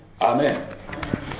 Amen